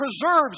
preserves